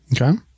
Okay